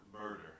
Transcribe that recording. Murder